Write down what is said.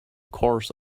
course